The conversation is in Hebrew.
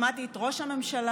שמעתי את ראש הממשלה,